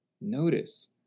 Notice